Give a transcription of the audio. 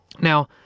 now